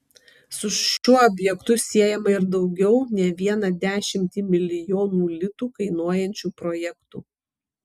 su šiuo objektu siejama ir daugiau ne vieną dešimtį milijonų litų kainuojančių projektų